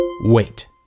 Wait